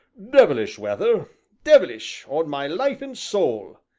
devilish weather devilish, on my life and soul!